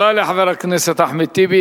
תודה לחבר הכנסת אחמד טיבי.